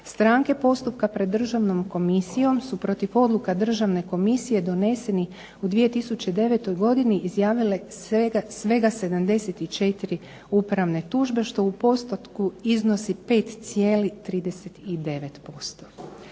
Stranke postupka pred Državnom komisijom su protiv odluka Državne komisije doneseni u 2009. godini izjavile svega 74 upravne tužbe što u postotku iznosi 5,39%.